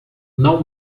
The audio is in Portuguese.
não